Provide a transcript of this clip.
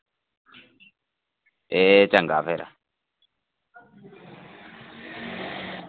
एह् चंगा फिर